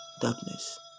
darkness